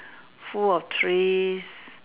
full of trees